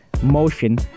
motion